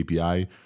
API